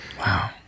wow